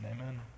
Amen